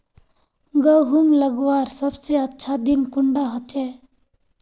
गहुम लगवार सबसे अच्छा दिन कुंडा होचे?